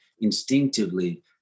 instinctively